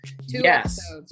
Yes